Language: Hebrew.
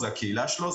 הקהילה שלו,